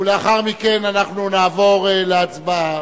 ולאחר מכן נעבור להצבעה.